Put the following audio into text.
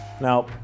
Now